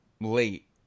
late